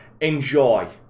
Enjoy